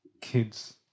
kids